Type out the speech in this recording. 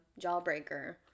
Jawbreaker